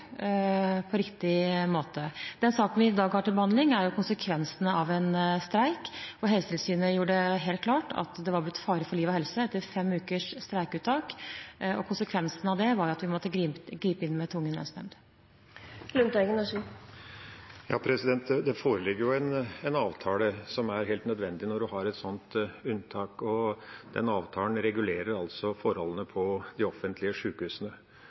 saken vi i dag har til behandling, er konsekvensene av en streik. Helsetilsynet gjorde det helt klart at det var blitt fare for liv og helse etter fem ukers streikeuttak. Konsekvensen av det var at vi måtte gripe inn med tvungen lønnsnemnd. Det foreligger en avtale som er helt nødvendig når en har et sånt unntak. Avtalen regulerer forholdene på de offentlige sjukehusene.